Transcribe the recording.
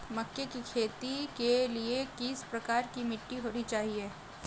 मक्के की खेती के लिए किस प्रकार की मिट्टी होनी चाहिए?